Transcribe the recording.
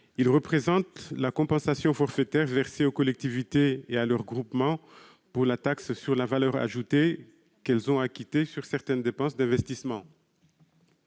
Il représente la compensation forfaitaire versée aux collectivités et à leurs groupements pour la TVA qu'elles ont acquittée sur certaines dépenses d'investissement.